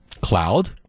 cloud